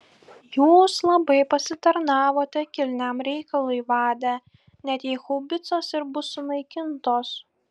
jūs labai pasitarnavote kilniam reikalui vade net jei haubicos ir bus sunaikintos